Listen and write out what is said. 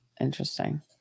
interesting